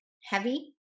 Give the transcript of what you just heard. heavy